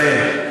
ראה,